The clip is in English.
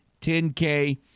10K